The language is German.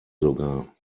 sogar